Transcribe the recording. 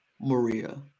Maria